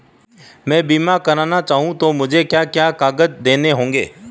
मैं बीमा करना चाहूं तो मुझे क्या क्या कागज़ देने होंगे?